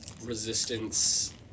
resistance